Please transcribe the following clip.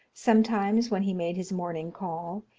sometimes, when he made his morning call,